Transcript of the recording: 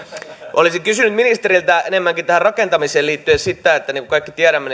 olisin kysynyt ministeriltä enemmänkin tähän rakentamiseen liittyen sitä että niin kuin kaikki tiedämme